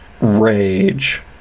rage